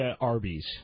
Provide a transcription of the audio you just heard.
Arby's